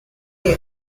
year